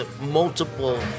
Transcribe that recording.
multiple